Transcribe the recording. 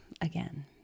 again